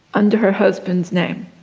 under her husband's name.